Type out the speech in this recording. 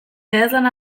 idazlana